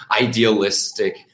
idealistic